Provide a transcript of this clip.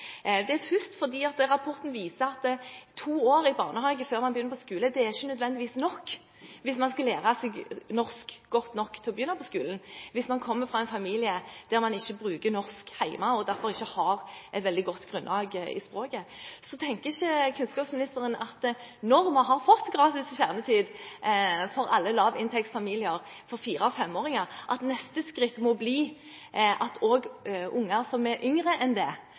Først: Rapporten viser at to år i barnehage før man begynner på skolen ikke nødvendigvis er nok hvis man skal lære seg norsk godt nok til å kunne begynne på skolen, hvis man kommer fra en familie der man ikke bruker norsk hjemme og derfor ikke har et veldig godt grunnlag i språket. Tenker ikke kunnskapsministeren da at siden vi har fått gratis kjernetid til fireåringer og femåringer for alle lavinntektsfamilier, må neste skritt bli at også unger som er yngre enn det,